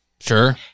sure